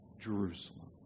Jerusalem